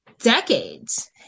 decades